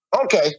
Okay